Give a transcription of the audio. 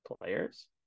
players